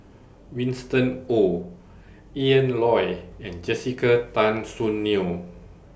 Winston Oh Ian Loy and Jessica Tan Soon Neo